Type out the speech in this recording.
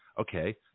Okay